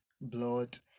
blood